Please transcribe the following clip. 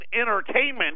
Entertainment